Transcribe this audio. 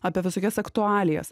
apie visokias aktualijas